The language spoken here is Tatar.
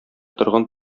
торган